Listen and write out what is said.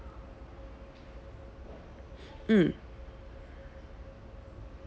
mm